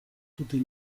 tutti